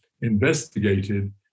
investigated